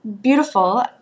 beautiful